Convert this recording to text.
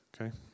Okay